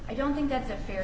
i don't think that's a fair